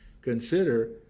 Consider